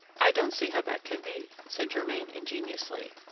i don't see how that can be, said germain ingenuously,